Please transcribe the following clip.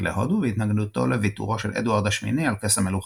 להודו והתנגדותו לוויתורו של אדוארד השמיני על כס המלוכה.